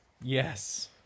Yes